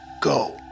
Go